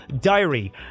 diary